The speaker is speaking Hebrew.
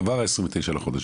עבר העשרים ותשע לחודש,